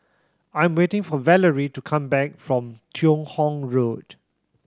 I'm waiting for Valerie to come back from Teo Hong Road